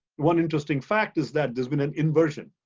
one interesting fact is that there's been an inversion.